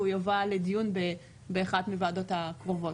והוא יובא לדיון באחת הוועדות הקרובות.